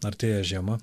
artėja žiema